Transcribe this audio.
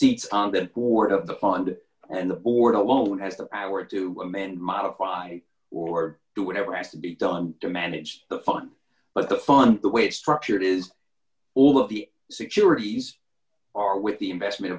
seats on the board of the pond and the board alone has the power to amend modify or do whatever has to be done to manage the fun but the fun the way it's structured is all of the securities are with the investment